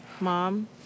mom